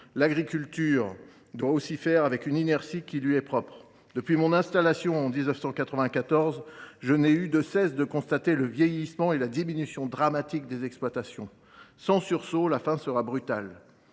l’agriculture doit aussi faire avec une inertie qui lui est propre. Depuis mon installation en 1994, je n’ai cessé de constater le vieillissement et la diminution dramatique des exploitations. Sans sursaut, la fin sera brutale.